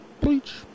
Bleach